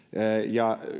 ja